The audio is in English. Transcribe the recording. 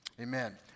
Amen